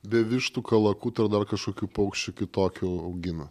be vištų kalakutų ar dar kažkokių paukščių kitokių augina